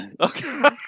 Okay